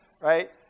Right